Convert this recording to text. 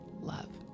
love